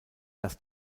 dass